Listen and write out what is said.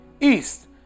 east